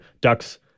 Ducks